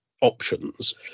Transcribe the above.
options